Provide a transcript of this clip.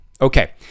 Okay